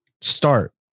start